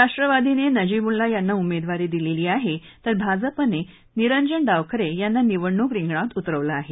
राष्ट्रवादीने नजीब मुल्ला यांना उमेदवारी दिलेली आहे तर भाजपने निरंजन डावखरे यांना निवडणूक रिंगणात उतरवलं आहे